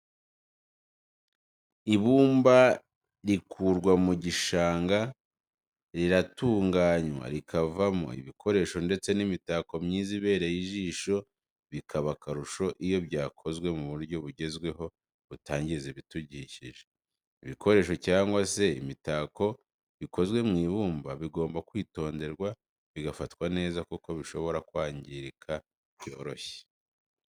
Ibumba rikurwa mu gishanga riratunganywa rikavamo ibikoresho ndetse n'imitako myiza ibereye ijisho bikaba akarusho iyo byakozwe mu buryo bugezweho butangiza ibidukikije. ibikoresho cyangwa se imitako bikozwe mu ibumba bigomba kwitonderwa bigafatwa neza kuko bishobora kwangirika byoroshye.